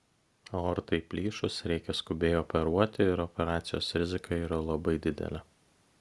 aortai plyšus reikia skubiai operuoti ir operacijos rizika yra labai didelė